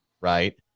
Right